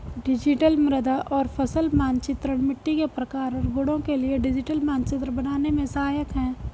digital मृदा और फसल मानचित्रण मिट्टी के प्रकार और गुणों के लिए डिजिटल मानचित्र बनाने में सहायक है